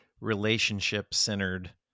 relationship-centered